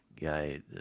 guy